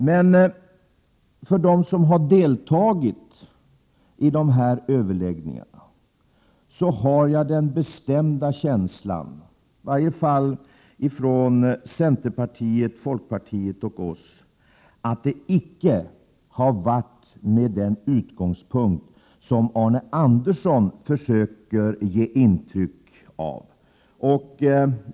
Beträffande dem som har deltagit i överläggningarna — i varje fall centerpartiet, folkpartiet och oss — har jag den bestämda känslan att deltagandet icke har skett med den utgångspunkt som Arne Andersson försöker ge intryck av.